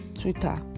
Twitter